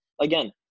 again